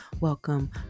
Welcome